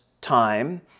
time